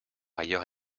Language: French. ailleurs